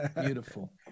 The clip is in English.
Beautiful